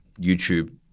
YouTube